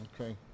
Okay